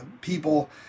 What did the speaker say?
people